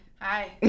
hi